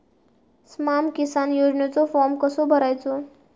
स्माम किसान योजनेचो फॉर्म कसो भरायचो?